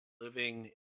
living